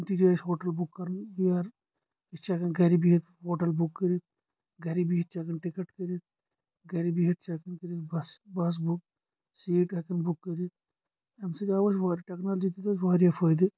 کُنہِ تہِ جایہِ آسہِ ہوٹل بُک کرُن ہیر یہِ چھِ ہٮ۪کن گرِ بِہِتھ ہوٹل بُک کٔرتھ گرِ بِہِتھ چھِ ہٮ۪کان ٹکٹ کٔرتھ گرِ بِہِتھ چھِ ہٮ۪کان کٔرتھ بس بس بُک سیٖٹ ہٮ۪کان بُک کٔرتھ امہِ سۭتۍ آو اسہِ واریاہ ٹٮ۪کنالوجی دِیُت آسہِ واریاہ فٲیدٕ